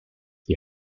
die